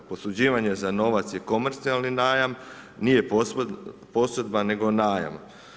Posuđivanje za novac je komercijalni najam, nije posudba nego najam.